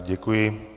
Děkuji.